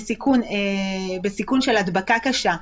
כרגע מבחינת הסיכון להדבקה ולהתפרצויות של תחלואה הם עדיין